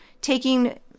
taking